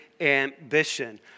Ambition